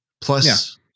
plus